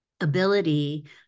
ability